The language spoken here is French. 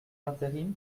d’intérim